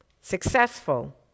successful